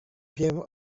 wiem